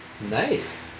Nice